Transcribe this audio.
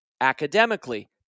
academically